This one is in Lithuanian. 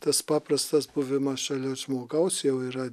tas paprastas buvimas šalia žmogaus jau yra